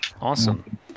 awesome